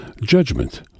judgment